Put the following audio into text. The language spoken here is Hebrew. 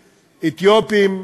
אתיופים,